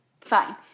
Fine